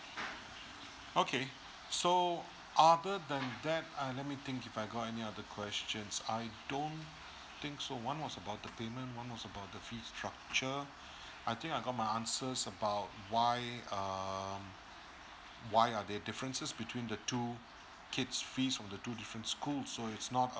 okay so other than that uh let me think if I got any other questions I don't think so one was about the payment one was about the fee structure I think I got my answers about why uh why are there differences between the two kids fees from the two different school so it's not